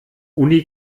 uni